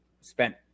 spent